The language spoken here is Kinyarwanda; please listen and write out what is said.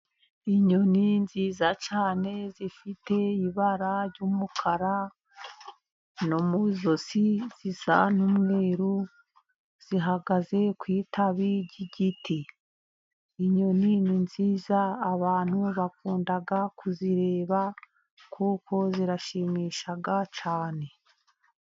Inyoni nziza cyane zifite ibara ry'umukara, no mu izosi, zisa n'umweru. Zihagaze ku itabi ry'igiti, inyoni ni nziza, abantu bakunda kuzireba, kuko zirashimisha cyane.